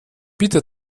bitte